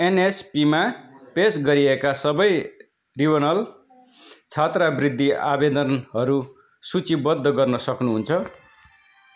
एनएसपीमा पेस गरिएका सबै रिनवल छात्रवृत्ति आवेदनहरू सूचीबद्ध गर्न सक्नुहुन्छ